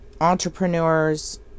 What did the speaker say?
entrepreneurs